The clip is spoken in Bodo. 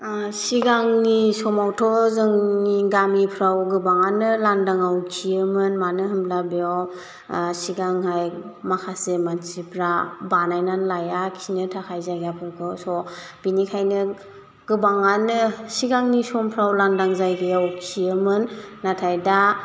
सिगांनि समावथ' जोंनि गामिफ्राव गोबाङानो लांदांआव खियोमोन मानो होनब्ला बेयाव सिगांहाय माखासे मानसिफ्रा बानायनानै लाया खिनो थाखाय जायगाफोरखौ बिनिखायनो गोबाङानो सिगांनि समफ्राव लांदां जायगायाव खियोमोन नाथाय दा